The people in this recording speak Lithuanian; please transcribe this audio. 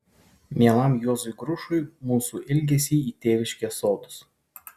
mielam juozui grušui mūsų ilgesį į tėviškės sodus